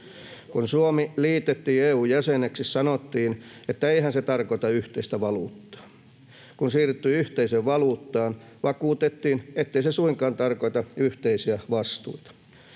Kun Suomi liitettiin EU:n jäseneksi, sanottiin, että eihän se tarkoita yhteistä valuuttaa. Kun siirryttiin yhteiseen valuuttaan, vakuutettiin, ettei se suinkaan tarkoita yhteisiä vastuita.